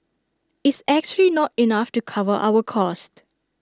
is actually not enough to cover our cost